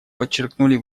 подчеркнули